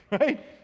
Right